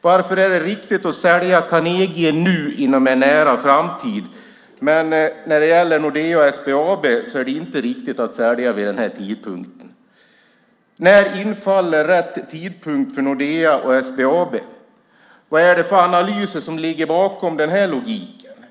Varför är det riktigt att sälja Carnegie i en nära framtid? Men när det gäller Nordea och SBAB är det inte riktigt att sälja vid denna tidpunkt. När infaller rätt tidpunkt för Nordea och SBAB? Vilka analyser ligger bakom den här logiken?